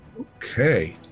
Okay